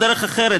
בדרך אחרת,